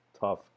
tough